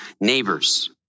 neighbors